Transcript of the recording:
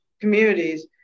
communities